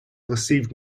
received